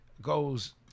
goes